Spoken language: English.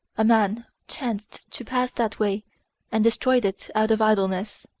a man chanced to pass that way and destroyed it out of idleness.